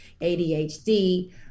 ADHD